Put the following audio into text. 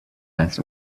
asked